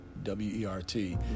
W-E-R-T